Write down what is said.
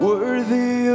Worthy